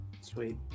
Sweet